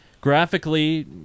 Graphically